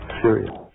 serious